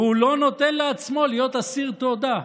והוא לא נותן לעצמו להיות אסיר תודה.